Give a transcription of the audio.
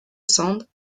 sand